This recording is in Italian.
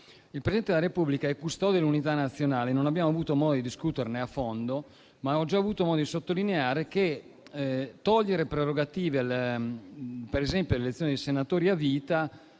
Il Presidente della Repubblica è custode dell'unità nazionale: non abbiamo avuto modo di discuterne a fondo, ma ho già avuto modo di sottolineare che togliere prerogative, come per esempio la nomina dei senatori a vita,